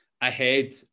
ahead